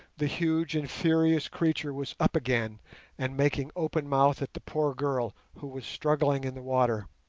the huge and furious creature was up again and making open-mouthed at the poor girl, who was struggling in the water.